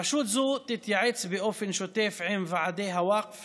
רשות זו תתייעץ באופן שוטף עם ועדי הווקף